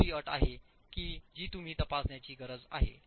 तर ही दुसरी अट आहे जी तुम्ही तपासण्याची गरज आहे